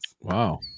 Wow